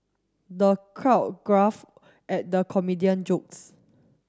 the crowd at the comedian jokes